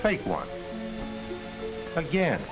fake one again